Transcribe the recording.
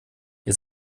ihr